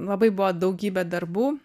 labai buvo daugybė darbų